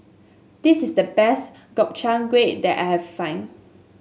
this is the best Gobchang Gui that I have find